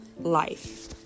life